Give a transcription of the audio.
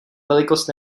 velikost